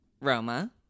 roma